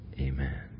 Amen